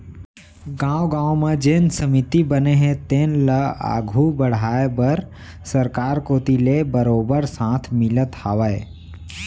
गाँव गाँव म जेन समिति बने हे तेन ल आघू बड़हाय बर सरकार कोती ले बरोबर साथ मिलत हावय